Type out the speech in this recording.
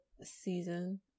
season